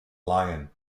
lion